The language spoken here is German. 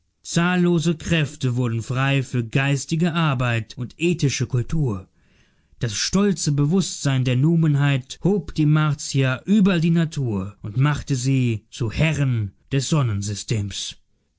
zahllose kräfte wurden frei für geistige arbeit und ethische kultur das stolze bewußtsein der numenheit hob die martier über die natur und machte sie zu herren des